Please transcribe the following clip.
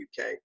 uk